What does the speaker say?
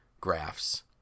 graphs